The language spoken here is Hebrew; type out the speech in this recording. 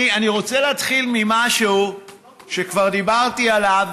אני רוצה להתחיל ממשהו שכבר דיברתי עליו,